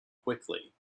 quickly